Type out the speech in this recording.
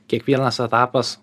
kiekvienas etapas